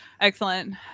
Excellent